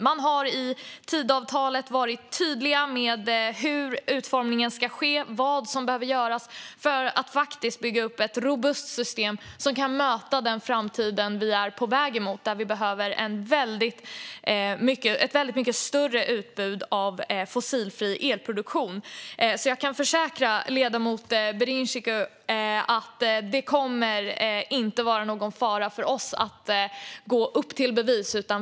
Man har i Tidöavtalet varit tydlig med hur utformningen ska ske och vad som behöver göras för att bygga upp ett robust system som kan möta den framtid vi är på väg emot, där vi behöver ett väldigt mycket större utbud av fossilfri elproduktion. Jag kan försäkra ledamoten Birinxhiku att det inte kommer att vara någon fara för oss att gå upp till bevis.